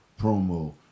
promo